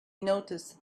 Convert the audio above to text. noticed